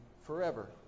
forever